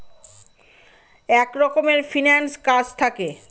এক রকমের ফিন্যান্স কাজ থাকে